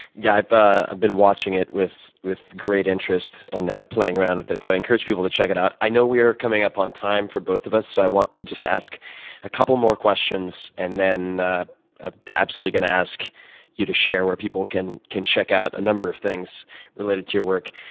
yeah but i've been watching it with with great interest and playing around with it. so i encourage people to check it out. i know we are coming up on time for both of us, so i want to just ask a couple more questions, and then ah i'm absolutely going to ask you to share where people can can check out a number of things related to your work.